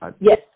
Yes